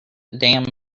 damn